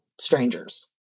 strangers